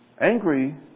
Angry